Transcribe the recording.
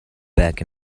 back